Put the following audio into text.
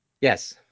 Yes